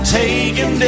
taken